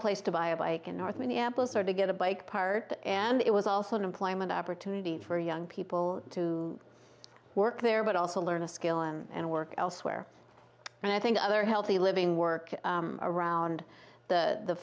place to buy a bike in north minneapolis or to get a bike part and it was also an employment opportunity for young people to work there but also learn a skill and work elsewhere and i think other healthy living work around the